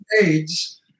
AIDS